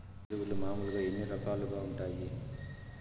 ఎరువులు మామూలుగా ఎన్ని రకాలుగా వుంటాయి?